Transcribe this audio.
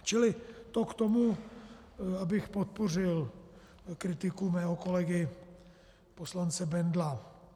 Čili to k tomu, abych podpořil kritiku svého kolegy poslance Bendla.